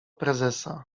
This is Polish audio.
prezesa